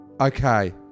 Okay